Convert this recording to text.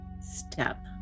step